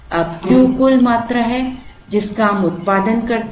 अब Q कुल मात्रा है जिसका हम उत्पादन करते हैं